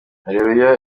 areruya